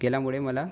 गेल्यामुळे मला